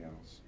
else